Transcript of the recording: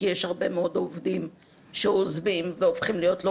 כי יש הרבה מאוד עובדים שעוזבים והופכים להיות לא